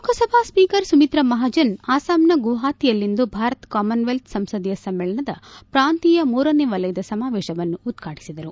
Lok Sabha speaker Sumitra Mahajan ಅಸ್ಲಾಂನ ಗುವಾಪತಿಯಲ್ಲಿಂದು Bharat Commonwealth ಸಂಸದೀಯ ಸಮ್ನೇಳನದ ಪ್ರಾಂತೀಯ ಮೂರನೆ ವಲಯದ ಸಮಾವೇಶವನ್ನು ಉದ್ವಾಟಿಸಿದರು